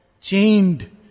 chained